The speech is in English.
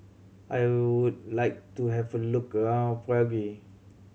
I would like to have a look around Prague